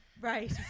Right